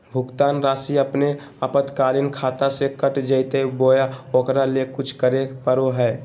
भुक्तान रासि अपने आपातकालीन खाता से कट जैतैय बोया ओकरा ले कुछ करे परो है?